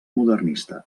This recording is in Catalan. modernista